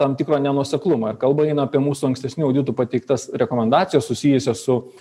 tam tikro nenuoseklumo ir kalba eina apie mūsų ankstesnių auditų pateiktas rekomendacijas susijusias su